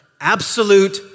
absolute